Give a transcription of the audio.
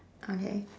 okay